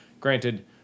granted